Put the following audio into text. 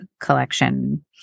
collection